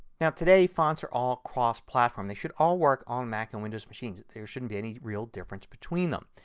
now today fonts are all across platform. they should all work on mac and windows machines. there shouldn't be any real difference between them.